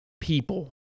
people